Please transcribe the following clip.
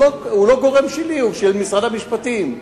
הוא לא גורם שלי, הוא של משרד המשפטים.